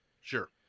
Sure